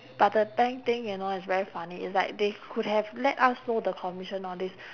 but the bank thing you know it's very funny it's like they could have let us know the commission all this